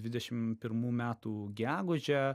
dvidešim pirmų metų gegužę